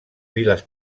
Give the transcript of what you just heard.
viles